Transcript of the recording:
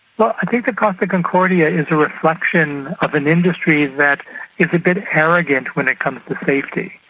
well, i think the costa concordia is a reflection of an industry that is a bit arrogant when it comes to safety.